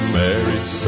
married